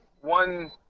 one